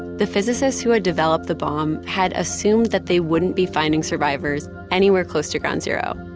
the physicist who had developed the bomb had assumed that they wouldn't be finding survivors anywhere close to ground zero,